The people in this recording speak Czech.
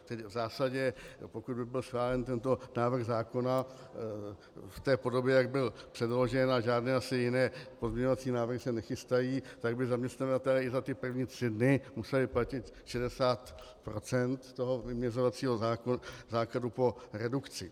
V zásadě pokud by byl schválen tento návrh zákona v podobě, jak byl předložen, a žádné asi jiné pozměňovací návrhy se nechystají, tak by zaměstnavatelé i za ty první tři dny museli platit 60 % vyměřovacího základu po redukci.